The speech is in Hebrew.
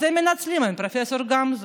אז הם מנצלים את פרופ' גמזו,